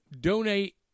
donate